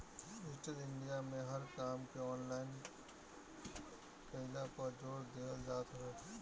digital India में हर काम के ऑनलाइन कईला पअ जोर देहल जात हवे